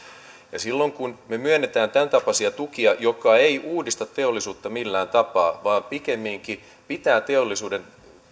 silloin kun me myönnämme tämäntapaisia tukia jotka eivät uudista teollisuutta millään tapaa vaan pikemminkin pitävät teollisuuden